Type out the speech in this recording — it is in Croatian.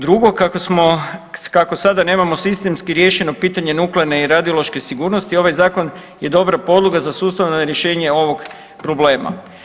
Drugo, kako smo, kako sada nemamo sistemski riješeno pitanje nuklearne i radiološke sigurnosti ovaj zakon je dobra podloga za sustavno rješenje ovog problema.